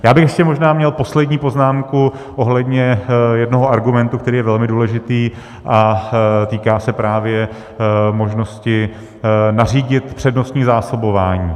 Ještě bych možná měl poslední poznámku ohledně jednoho argumentu, který je velmi důležitý a týká se právě možnosti nařídit přednostní zásobování.